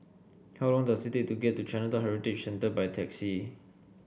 how long does it take to get to Chinatown Heritage Centre by taxi